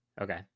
Okay